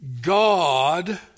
God